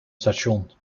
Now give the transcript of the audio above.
station